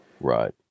Right